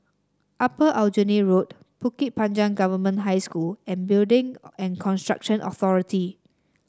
Upper Aljunied Road Bukit Panjang Government High School and Building and Construction Authority